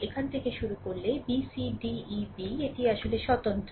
এখান থেকে শুরু করলে b c d e b এটি আসলে স্বতন্ত্র